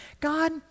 God